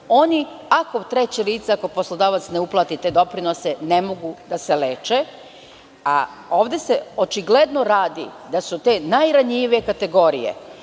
oni, ako treće lice, poslodavac ne uplati te doprinose, ne mogu da se leče. Ovde se očigledno radi o tome da su te najranjivije kategorije,